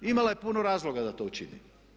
Imala je puno razloga da to učini.